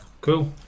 Cool